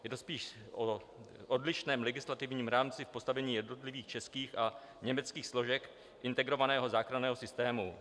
Je to spíš o odlišném legislativním rámci v postavení jednotlivých českých a německých složek integrovaného záchranného systému.